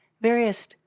various